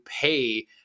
pay